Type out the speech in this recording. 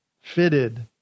fitted